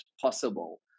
possible